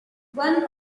one